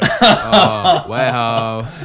wow